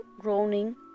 groaning